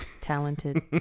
talented